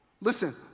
Listen